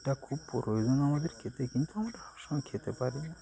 এটা খুব প্রয়োজন আমাদের খেতে কিন্তু আমরা সবসয় খেতে পারি না